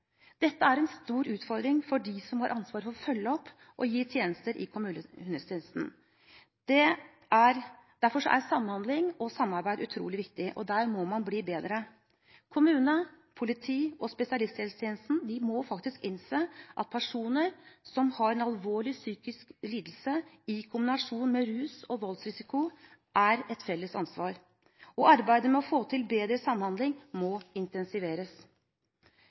Dette er en stor utfordring for dem som har ansvar for å følge opp og gi tjenester i kommunehelsetjenesten. Derfor er samhandling og samarbeid utrolig viktig, og der må man bli bedre. Kommune, politi og spesialisthelsetjenesten må faktisk innse at personer som har en alvorlig psykisk lidelse i kombinasjon med rus og voldsrisiko, er et felles ansvar, og arbeidet med å få til bedre samhandling må intensiveres.